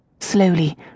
Slowly